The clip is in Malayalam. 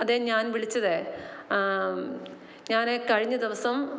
അതെ ഞാൻ വിളിച്ചതേ ഞാൻ കഴിഞ്ഞദിവസം